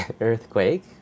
Earthquake